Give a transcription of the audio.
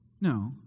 No